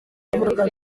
yagize